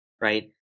right